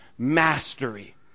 Mastery